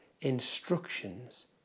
instructions